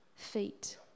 feet